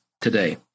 today